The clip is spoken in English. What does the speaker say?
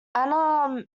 anna